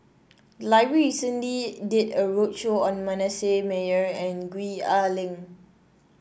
the library recently did a roadshow on Manasseh Meyer and Gwee Ah Leng